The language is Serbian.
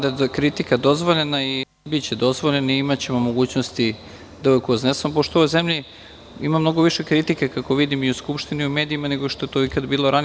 Naravno da je kritika dozvoljena i biće dozvoljena i imaćemo mogućnosti da je uvek iznesemo, pošto u ovoj zemlji ima mnogo više kritike, kako vidim, i u Skupštini i u medijima, nego što je to ikad bilo ranije.